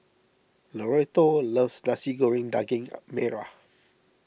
Loretto loves Nasi Goreng Daging Merah